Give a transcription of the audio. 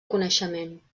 coneixement